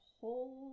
hold